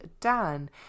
Dan